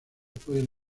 pueden